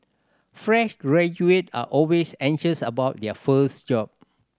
fresh graduate are always anxious about their first job